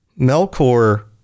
Melkor